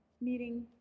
meeting